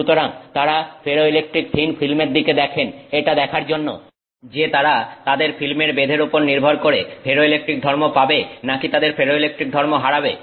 সুতরাং তারা ferroelectric thin ফিল্মের দিকে দেখেন এটা দেখার জন্য যে তারা তাদের ফিল্মের বেধের উপর নির্ভর করে ফেরোইলেকট্রিক ধর্ম পাবে নাকি তাদের ফেরোইলেকট্রিক ধর্ম হারাবে